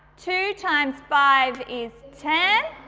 two times five is ten,